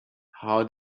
how